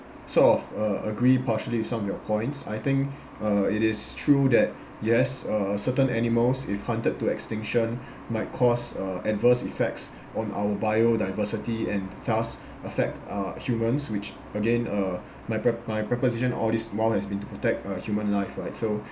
sort of uh agree partially some of your points I think uh it is true that yes uh certain animals if hunted to extinction might cause uh adverse effects on our biodiversity and thus affect uh humans which again uh my pre~ my preposition all this while has been to protect uh human life right so